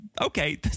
okay